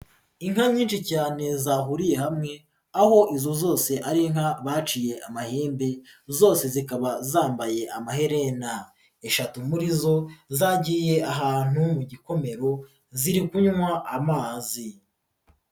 Inka nyinshi cyane zahuriye hamwe aho izo zose ari inka baciye amahembe zose zikaba zambaye amaherena, eshatu muri zo zagiye ahantu mu gikomero ziri kunywa amazi.